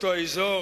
אותו אזור